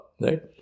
right